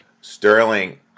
Sterling